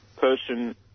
person